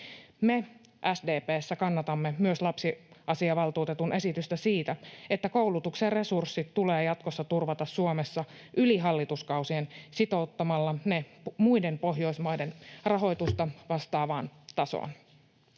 Me SDP:ssä kannatamme myös lapsiasiavaltuutetun esitystä siitä, että koulutuksen resurssit tulee jatkossa turvata Suomessa yli hallituskausien sitouttamalla ne muiden Pohjoismaiden rahoitusta vastaavaan tasoon.